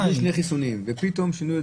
אלה שקבלו שני חיסונים ופתאום שינו את